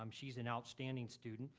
um she's an outstanding student.